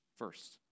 first